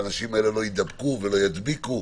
והאנשים האלה לא יידבקו ולא ידביקו.